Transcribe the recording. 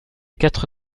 quatre